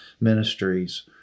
ministries